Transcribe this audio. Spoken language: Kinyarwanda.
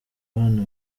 abana